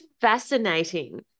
fascinating